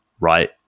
right